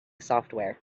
software